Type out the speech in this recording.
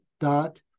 dot